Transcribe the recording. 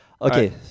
Okay